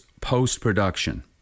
post-production